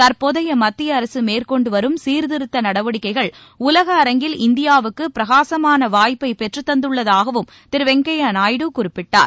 தற்போதைய மத்திய அரசு மேற்கொண்டு வரும் சீர்திருத்த நடவடிக்கைகள் உலக அரங்கில் இந்தியாவுக்கு பிரகாசமான வாய்ப்பை பெற்றுத் தந்துள்ளதாகவும் திரு வெங்கய்ய நாயுடு குறிப்பிட்டார்